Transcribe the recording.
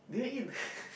do you eat